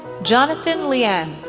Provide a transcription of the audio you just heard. jonathan lian,